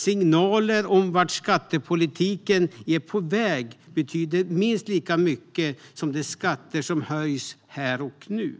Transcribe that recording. Signaler om vart skattepolitiken är på väg betyder minst lika mycket som de skatter som höjs här och nu.